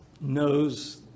knows